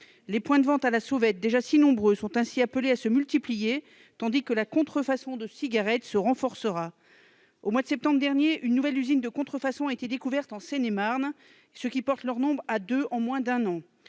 Les points de vente à la sauvette, déjà si nombreux, sont ainsi appelés à se multiplier, tandis que la contrefaçon de cigarettes se renforcera. Au mois de septembre dernier, une nouvelle usine de contrefaçon a été découverte en Seine-et-Marne- c'est la deuxième en moins d'un an.